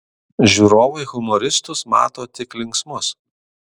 žiūrovai humoristus mato tik linksmus